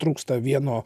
trūksta vieno